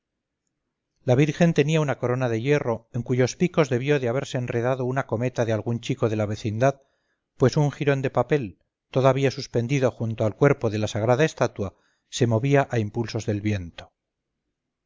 la virgen tenía una corona de hierro en cuyos picos debió de haberse enredado una cometa de algún chico de la vecindad pues un jirón de papel todavía suspendido junto al cuerpo de la sagrada estatua se movía a impulsos del viento